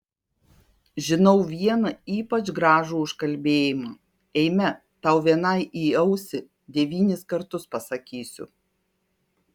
žinau vieną ypač gražų užkalbėjimą eime tau vienai į ausį devynis kartus pasakysiu